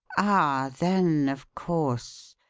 ah, then, of course!